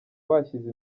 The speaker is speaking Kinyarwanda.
bashyize